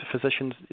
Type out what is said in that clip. physicians